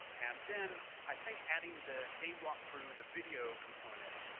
and then i think adding the game walk-through, the video component,